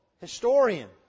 historian